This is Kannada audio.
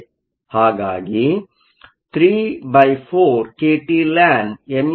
ಹಾಗಾಗಿ ¾ kT ln meme